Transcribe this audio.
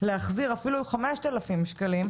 להחזיר אפילו 5,000 שקלים,